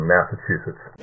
Massachusetts